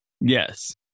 yes